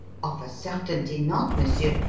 of a certainty not, monsieur.